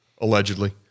Allegedly